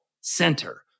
center